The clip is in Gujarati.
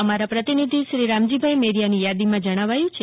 અમારા પ્રતિનિધિ શ્રી રામજી મેરીયાની યાદીમાં જણાવાયું છે